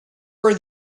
were